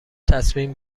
تصمیم